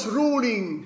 ruling